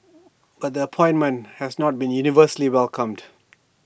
but the appointment has not been universally welcomed